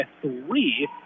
three